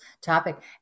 topic